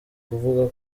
kuvuga